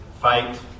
fight